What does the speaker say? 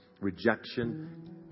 rejection